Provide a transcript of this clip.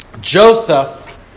Joseph